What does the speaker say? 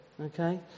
Okay